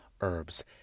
herbs